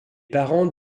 parents